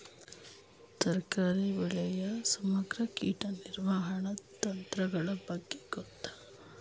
ತರಕಾರಿ ಬೆಳೆಯ ಸಮಗ್ರ ಕೀಟ ನಿರ್ವಹಣಾ ತಂತ್ರಗಳ ಬಗ್ಗೆ ಗೊತ್ತೇ?